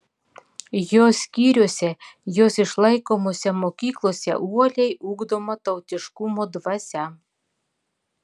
jos skyriuose jos išlaikomose mokyklose uoliai ugdoma tautiškumo dvasia